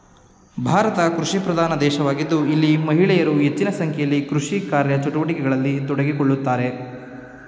ಭಾರತ ಕೃಷಿಪ್ರಧಾನ ದೇಶವಾಗಿದ್ದು ಇಲ್ಲಿ ಮಹಿಳೆಯರು ಹೆಚ್ಚಿನ ಸಂಖ್ಯೆಯಲ್ಲಿ ಕೃಷಿ ಕಾರ್ಯಚಟುವಟಿಕೆಗಳಲ್ಲಿ ತೊಡಗಿಸಿಕೊಳ್ಳುತ್ತಾರೆ